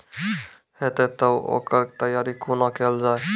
हेतै तअ ओकर तैयारी कुना केल जाय?